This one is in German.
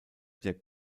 der